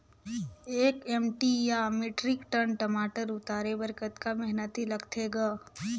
एक एम.टी या metric ton टमाटर उतारे बर कतका मेहनती लगथे ग?